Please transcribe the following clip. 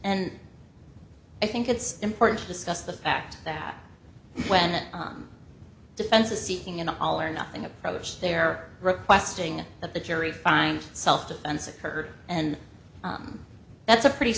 and i think it's important to discuss the fact that when on defense is seeking an all or nothing approach they're requesting that the jury find self defense occurred and that's a pretty